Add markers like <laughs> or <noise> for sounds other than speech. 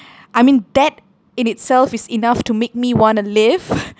I mean that in itself is enough to make me want to live <laughs>